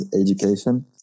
education